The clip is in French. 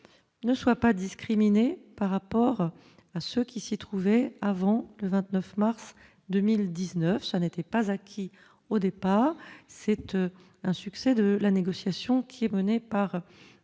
ne soient pas discriminés par rapport à ce qui s'y trouvaient avant le 29 mars 2019 ce n'était pas acquis au départ cette un succès de la négociation qui est menée par